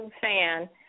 fan